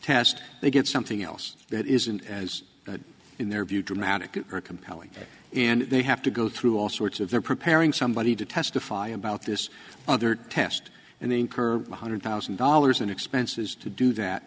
test they get something else that isn't as in their view dramatic or compelling and they have to go through all sorts of they're preparing somebody to testify about this other test and they incur one hundred thousand dollars in expenses to do that